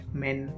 men